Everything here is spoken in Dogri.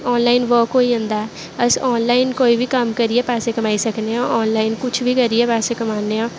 आनलाइन वर्क होई जंदा ऐ अस आनलाइन कोई बी कम्म करियै पैसे कमाई सकने आं आनलाइन कुछ बी करियै पैसे कमान्ने आं